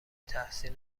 تحسین